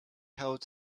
held